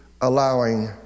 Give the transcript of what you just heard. allowing